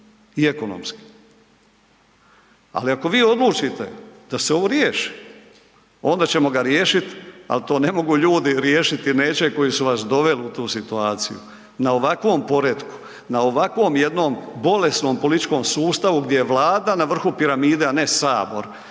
i ekonomski. Ali, ako vi odlučite da se ovo riješi, onda ćemo ga riješiti, ali to ne mogu ljudi riješiti, neće koji su vas doveli u tu situaciju. Na ovakvom poretku, na ovakvom jednom bolesnom političkom sustavu gdje je Vlada na vrhu piramide, a ne Sabor,